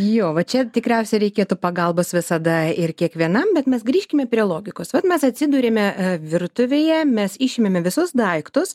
jo va čia tikriausiai reikėtų pagalbos visada ir kiekvienam bet mes grįžkime prie logikos vat mes atsidurėme virtuvėje mes išėmėme visus daiktus